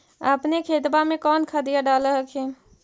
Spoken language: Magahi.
अपने खेतबा मे कौन खदिया डाल हखिन?